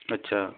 अच्छा